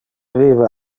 vive